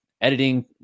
editing